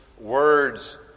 words